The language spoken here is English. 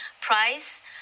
Price